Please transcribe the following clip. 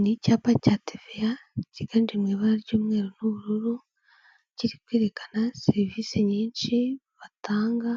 Ni icyapa cya teveya kiganje mu ibara ry'umweru n'ubururu, kiri kwerekana serivisi nyinshi batanga,